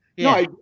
No